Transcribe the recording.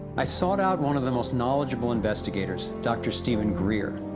i sort out one of the most knowledgeable investigators dr. steven greer,